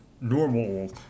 normal